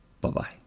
bye-bye